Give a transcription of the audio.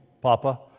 Papa